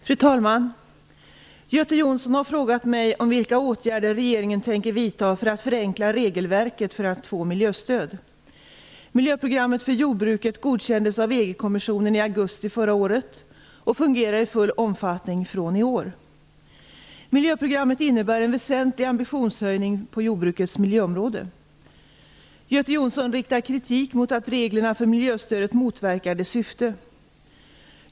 Fru talman! Göte Jonsson har frågat mig vilka åtgärder regeringen tänker vidta för att förenkla regelverket för att få miljöstöd. EG-kommissionen i augusti förra året och fungerar i full omfattning från i år. Miljöprogrammet innebär en väsentlig ambitionshöjning på jordbrukets miljöområde. Göte Jonsson riktar kritik mot att reglerna för miljöstödet motverkar sitt syfte.